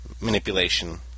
manipulation